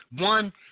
One